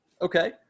Okay